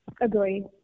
Agree